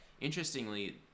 interestingly